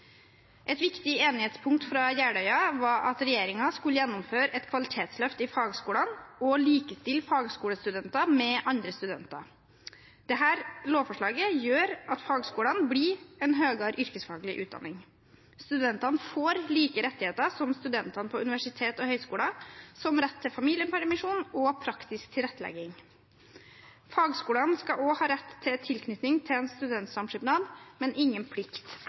Et viktig enighetspunkt fra Jeløya var at regjeringen skulle gjennomføre et kvalitetsløft i fagskolene og likestille fagskolestudenter med andre studenter. Dette lovforslaget gjør at fagskolene blir en høyere yrkesfaglig utdanning. Studentene får de samme rettighetene som studenter på universiteter og høyskoler, som rett til familiepermisjon og praktisk tilrettelegging. Fagskolene skal også ha rett til tilknytning til en studentsamskipnad, men ingen plikt